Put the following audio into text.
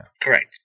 Correct